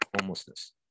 homelessness